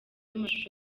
amashusho